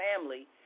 family